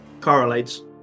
correlates